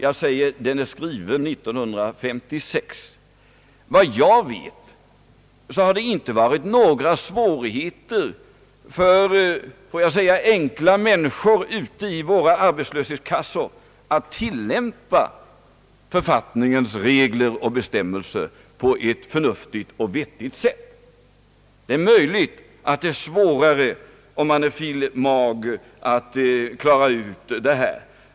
Jag sade att den är skriven 1956, men så långt jag vet har det inte varit några svårigheter för — får jag säga — enkla människor ute i våra arbetslöshetskassor när det gäller tillämpningen av författningens regler och bestämmelser på ett förnuftigt sätt. Det är möjligt att det är svårare, om man är fil. mag. att klara ut det här.